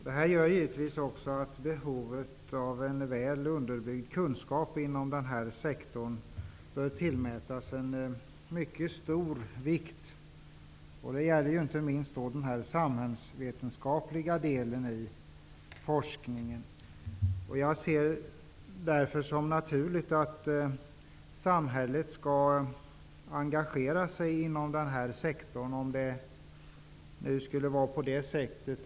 Det här gör givetvis också att behovet av en väl underbyggd kunskap inom denna sektor bör tillmätas mycket stor vikt. Det gäller inte minst den samhällsvetenskapliga delen i forskningen. Jag vill framhålla att jag därför ser det som naturligt att samhället engagerar sig inom den här sektorn -- om nu någon skulle tveka på den punkten.